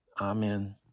Amen